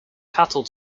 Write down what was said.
cattle